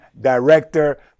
director